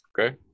Okay